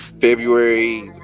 February